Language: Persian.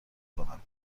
کنم